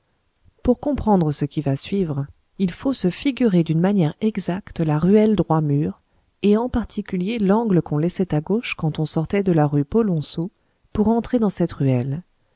pour comprendre ce qui va suivre il faut se figurer d'une manière exacte la ruelle droit mur et en particulier l'angle qu'on laissait à gauche quand on sortait de la rue polonceau pour entrer dans cette ruelle